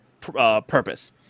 purpose